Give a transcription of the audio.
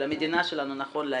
המדינה שלנו, נכון להיום,